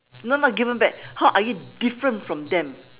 no not given back how are you different from them